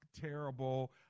terrible